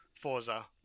Forza